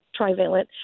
trivalent